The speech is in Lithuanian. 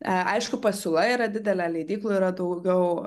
aišku pasiūla yra didelė leidyklų yra daugiau